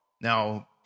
now